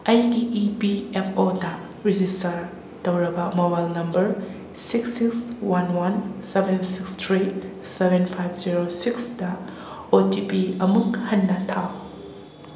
ꯑꯩꯒꯤ E P F ꯑꯣꯗ register ꯇꯧꯔꯕ mobile number six six one one seven six three seven five zero six O T P ꯑꯃꯨꯛ ꯍꯟꯅ ꯊꯥꯎ